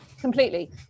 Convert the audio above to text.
Completely